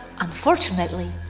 unfortunately